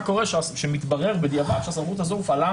מה קורה כשמתברר בדיעבד שהסמכות הזאת הופעלה